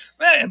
man